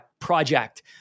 Project